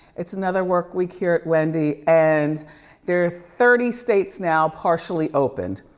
it's another work week here at wendy and there are thirty states now partially opened